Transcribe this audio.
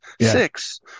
Six